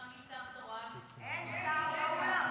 אין שר באולם.